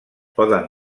poden